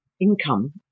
income